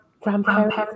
grandparents